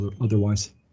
otherwise